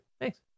Thanks